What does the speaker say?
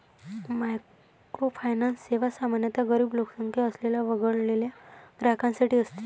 microfinance सेवा सामान्यतः गरीब लोकसंख्या असलेल्या वगळलेल्या ग्राहकांसाठी असते